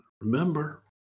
remember